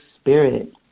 spirit